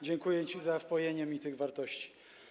Dziękuję ci za wpojenie mi tych wartości.